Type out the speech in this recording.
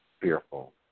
fearful